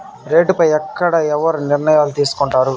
రేట్లు పై ఎక్కడ ఎవరు నిర్ణయాలు తీసుకొంటారు?